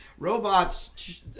Robots